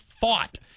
fought